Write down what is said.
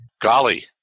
Golly